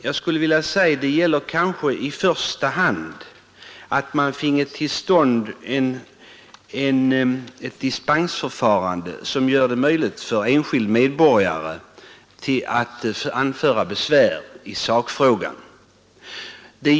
Jag skulle vilja säga att vad det gäller är i första hand att man finge till stånd ett dispensförfarande som gör det möjligt för enskild medborgare att anföra besvär i sakfrågan.